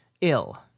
ill